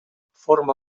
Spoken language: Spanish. forma